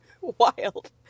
wild